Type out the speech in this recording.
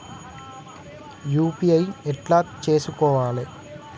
UPI ఎట్లా చేసుకోవాలి?